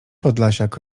podlasiak